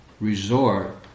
resort